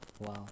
Wow